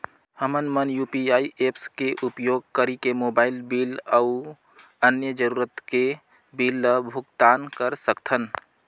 हमन मन UPI apps के उपयोग करिके मोबाइल बिल अऊ अन्य जरूरत के बिल ल भुगतान कर सकथन